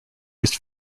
used